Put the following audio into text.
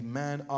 man